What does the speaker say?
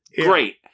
great